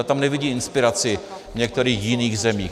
Zda nevidí inspiraci v některých jiných zemích?